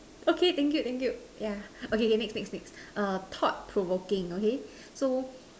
okay thank you thank you yeah okay okay next next err thought provoking okay so